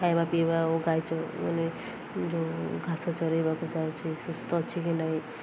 ଖାଇବା ପିଇବା ଆଉ ଗାଈଚ ମାନେ ଯେଉଁ ଘାସ ଚରେଇବାକୁ ଯାଉଛିି ସୁସ୍ଥ ଅଛି କି ନାହିଁ